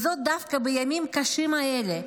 דווקא בימים קשים אלה,